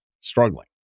struggling